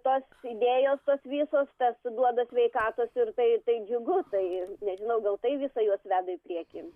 tos idėjos tos visos tas duoda sveikatos ir tai tai džiugu tai nežinau gal tai visa juos veda į priekį